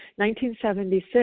1976